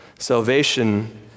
Salvation